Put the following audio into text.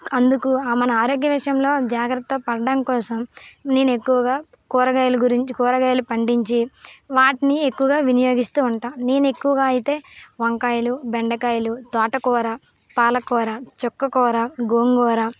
అందుకు మన ఆరోగ్య విషయంలో జాగ్రత్త పడడం కోసం నేను ఎక్కువగా కూరగాయల గురించి కూరగాయలు పండించి వాటిని ఎక్కువగా వినియోగిస్తూ ఉంటాం నేను ఎక్కువగా అయితే వంకాయలు బెండకాయలు తోటకూర పాలకూర చుక్కకూర గోంగూర